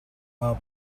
are